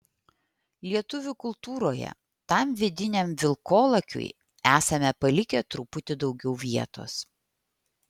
lietuvių kultūroje tam vidiniam vilkolakiui esame palikę truputį daugiau vietos